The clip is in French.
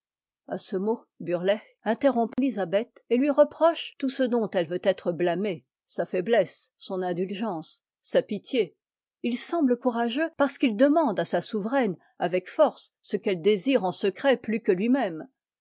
a ce mot burleigh interrompt élisabeth et lui reproche tout ce dont elle veut être btâmée sa faiblesse son indulgence sa pitié il semble courageux parce qu'il demande à sa souveraine avec force ce qu'elle désire en secret plus que lui-même